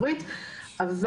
Handbook foreign workers,